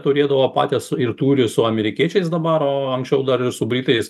turėdavo patys ir turi su amerikiečiais dabar anksčiau dar ir su britais